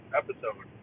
episode